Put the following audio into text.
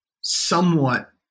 somewhat